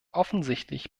offensichtlich